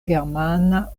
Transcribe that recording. germana